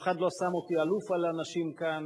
אף אחד לא שם אותי אלוף על אנשים כאן,